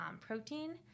protein